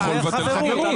אתה יכול לבטל חברות.